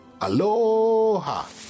Aloha